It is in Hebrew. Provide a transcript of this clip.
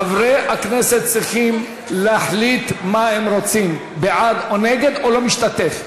חברי הכנסת צריכים להחליט מה הם רוצים: בעד או נגד או לא משתתף.